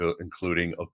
including